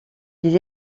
des